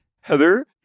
heather